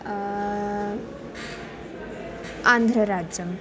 आन्ध्रराज्यम्